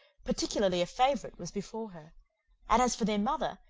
particularly a favourite, was before her and as for their mother,